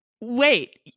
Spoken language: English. Wait